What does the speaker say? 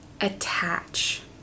attach